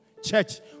Church